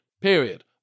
Period